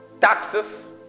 taxes